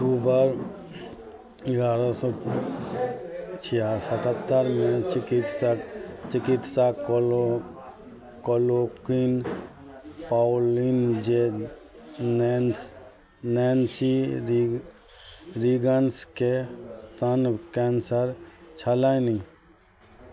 अक्टूबर एगारह सओ छिआ सतहत्तरिमे चिकित्सक चिकित्सा कलो कलोकिन पॉलिन जैन नैन नैन्सी रिग रिगन्सकेँ स्तन कैन्सर छलनि